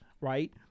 right